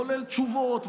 כולל תשובות,